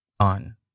on